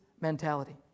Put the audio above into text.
mentality